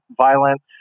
violence